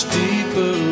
deeper